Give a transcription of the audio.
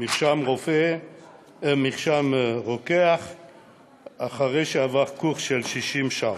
מרשם רוקח אחרי שעבר קורס של 60 שעות,